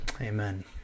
amen